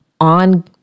on